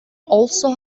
also